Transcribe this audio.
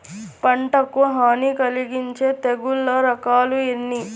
పంటకు హాని కలిగించే తెగుళ్ల రకాలు ఎన్ని?